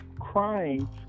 crying